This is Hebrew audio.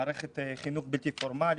מערכת חינוך בלתי פורמלית,